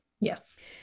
Yes